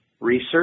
research